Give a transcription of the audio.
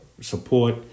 support